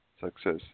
success